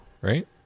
right